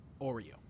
Oreo